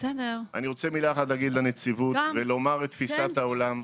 אני רוצה מילה אחת לנציבות ולומר את תפיסת העולם.